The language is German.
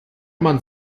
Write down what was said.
man